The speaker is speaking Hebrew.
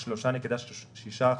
ב-3.6%,